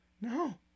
No